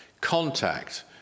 contact